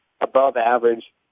above-average